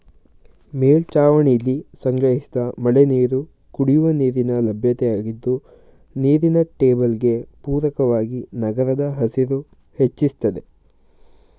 ಮೇಲ್ಛಾವಣಿಲಿ ಸಂಗ್ರಹಿಸಿದ ಮಳೆನೀರು ಕುಡಿಯುವ ನೀರಿನ ಲಭ್ಯತೆಯಾಗಿದ್ದು ನೀರಿನ ಟೇಬಲ್ಗೆ ಪೂರಕವಾಗಿ ನಗರದ ಹಸಿರು ಹೆಚ್ಚಿಸ್ತದೆ